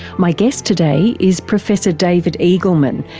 my guest today is professor david eagleman,